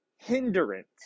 hindrance